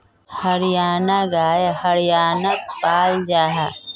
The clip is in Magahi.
हरयाना गाय हर्यानात पाल जाहा